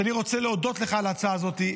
אני רוצה להודות לך על ההצעה הזאת.